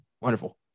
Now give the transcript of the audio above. Wonderful